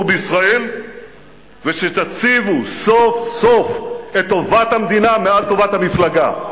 בישראל ושתציבו סוף-סוף את טובת המדינה מעל טובת המפלגה.